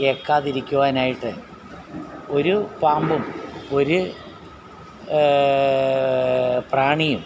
ഏക്കാതിരിക്കുവാനായിട്ട് ഒരു പാമ്പും ഒര് പ്രാണിയും